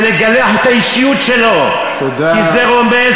ולגלח את האישיות שלו, תודה.